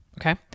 okay